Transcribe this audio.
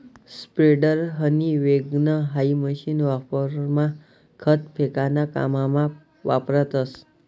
spreader, हनी वैगण हाई मशीन वावरमा खत फेकाना काममा वापरतस